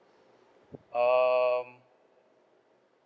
um